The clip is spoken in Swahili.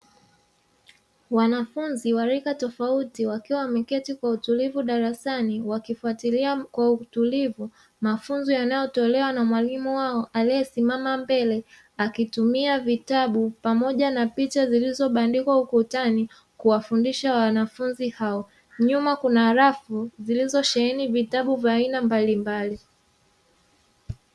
Wanafunzi wa rika tofauti, wakiwa wameketi kwa utulivu darasani, wakifuatilia kwa utulivu mafunzo yanayotolewa na mwalimu wao aliyesimama mbele, akitumia vitabu pamoja na picha zilizobandikwa ukutani kuwafundisha wanafunzi hao. Nyuma kuna rafu zilizosheheni vitabu vya aina mbalimbali.